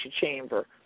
Chamber